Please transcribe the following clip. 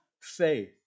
faith